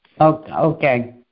Okay